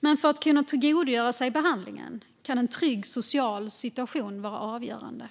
Men för att man ska kunna tillgodogöra sig behandlingen kan en trygg social situation vara avgörande.